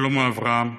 שלמה אברהם,